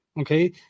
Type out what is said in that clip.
okay